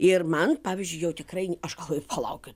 ir man pavyzdžiui jau tikrai aš galvoju palaukit